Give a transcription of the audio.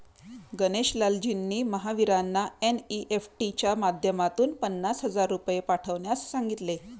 गणेश लालजींनी महावीरांना एन.ई.एफ.टी च्या माध्यमातून पन्नास हजार रुपये पाठवण्यास सांगितले